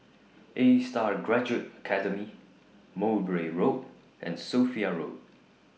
A STAR Graduate Academy Mowbray Road and Sophia Road